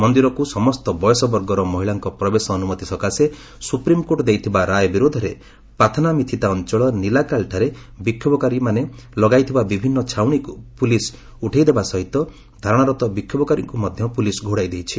ମନ୍ଦିରକୁ ସମସ୍ତ ବୟସ ବର୍ଗର ମହିଳାଙ୍କ ପ୍ରବେଶ ଅନୁମତି ସକାଶେ ସୁପ୍ରିମ୍କୋର୍ଟ ଦେଇଥିବା ରାୟ ବିରୋଧରେ ପଥାନାମିଥିତା ଅଞ୍ଚଳ ନିଲାକାଲ୍ଠାରେ ବିକ୍ଷୋଭକାରୀ ଲଗାଇଥିବା ବିଭିନ୍ନ ଛାଉଣୀକୁ ପୁଲିସ୍ ଉଠାଇ ଦେବା ସହିତ ଧାରଣାରତ ବିକ୍ଷୋଭକାରୀଙ୍କୁ ମଧ୍ୟ ପୁଲିସ୍ ଘଉଡ଼ାଇ ଦେଇଛି